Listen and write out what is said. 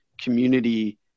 community